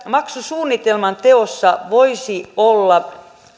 maksusuunnitelman teossa voisi olla